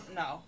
no